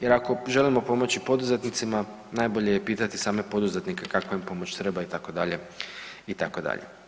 Jer ako želimo pomoći poduzetnicima najbolje je pitati same poduzetnike kakva im pomoć treba itd. itd.